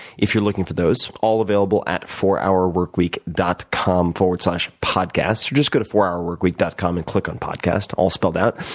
if you're looking for those, all available at fourhourworkweek dot com slash podcast, or just go to fourhourworkweek dot com and click on podcast, all spelled out.